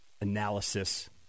analysis